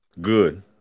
good